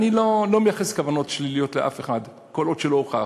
אני לא מייחס כוונות שליליות לאף אחד כל עוד לא הוכח,